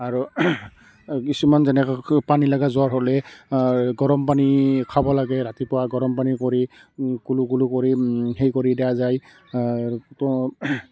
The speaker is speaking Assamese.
আৰু কিছুমান যেনেকুৱাকৈ পানী লগা জ্বৰ হ'লে গৰম পানী খাব লাগে ৰাতিপুৱা গৰম পানী কৰি কুলুকুলু কৰি সেই কৰি দিয়া যায় তো